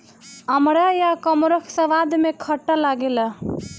अमड़ा या कमरख स्वाद में खट्ट लागेला